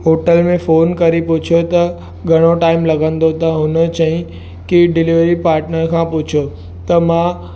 hotel में phone करे पुछियो त घणो टाइम लॻंदो त हुन चयांईं की डिलीवरी पार्टनर खां पुछो त मां